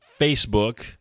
Facebook